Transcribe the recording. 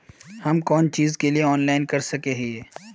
हम कोन चीज के लिए ऑनलाइन कर सके हिये?